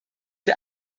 wir